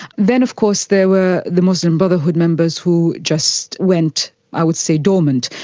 then of course there were the muslim brotherhood members who just went i would say dormant.